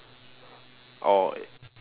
or